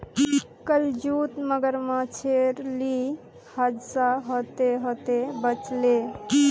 कल जूत मगरमच्छेर ली हादसा ह त ह त बच ले